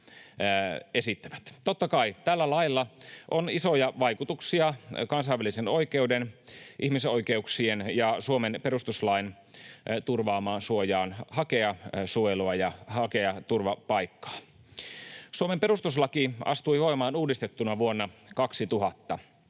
Totta kai tällä lailla on isoja vaikutuksia kansainvälisen oikeuden, ihmisoikeuksien ja Suomen perustuslain turvaamaan suojaan hakea suojelua ja hakea turvapaikkaa. Suomen perustuslaki astui voimaan uudistettuna vuonna 2000.